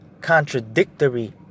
contradictory